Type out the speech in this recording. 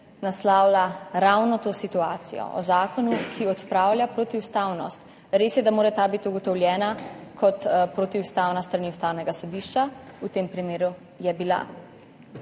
naslavlja ravno to situacijo o zakonu, ki odpravlja protiustavnost. Res je, da mora ta biti ugotovljena kot protiustavna s strani Ustavnega sodišča, v tem primeru je bila.